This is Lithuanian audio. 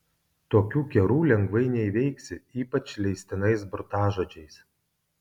tokių kerų lengvai neįveiksi ypač leistinais burtažodžiais